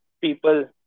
people